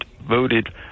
voted